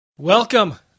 Welcome